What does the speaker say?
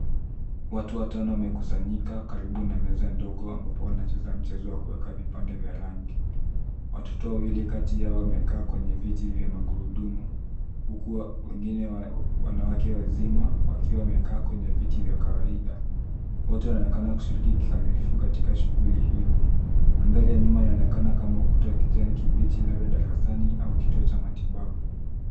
Watu watano wamekusanyika karibu na meza ndogo ambapo wanacheza mchezo wa kuweka vipande vya rangi. Watoto wawili kati yao wamekaa kwenye viti vya magurudumu huku wengine wanawake wazima wakiwa wamekaa kwenye viti vya kawaida. Wote wanaonekana kushiriki kikamilifu katika shughuli hiyo. Mandhari ya nyuma ionekana kama ukuta wa kijani kibichi labda darasani au kituo cha matibabu.